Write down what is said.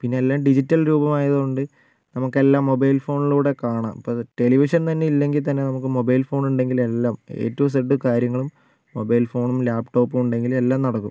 പിന്നെ എല്ലാം ഡിജിറ്റൽ രൂപമായത് കൊണ്ട് നമുക്കെല്ലാം മൊബൈൽ ഫോണിലൂടെ കാണാം ഇപ്പം ടെലിവിഷൻ തന്നെ ഇല്ലെങ്കിൽ തന്നെ നമുക്ക് മൊബൈൽ ഫോണുണ്ടെങ്കിൽ എല്ലാം എ ടു സെഡ് കാര്യങ്ങളും മൊബൈൽ ഫോണും ലാപ്ടോപ്പും ഉണ്ടെങ്കിൽ എല്ലാം നടക്കും